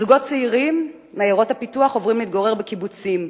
זוגות צעירים מעיירות הפיתוח עוברים להתגורר בקיבוצים.